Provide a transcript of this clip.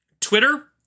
Twitter